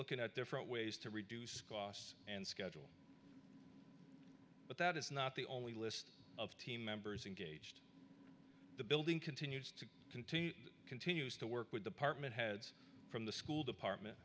looking at different ways to reduce costs and schedule but that is not the only list of team members engaged the building continued to continue continues to work with department heads from the school department